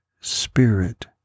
Spirit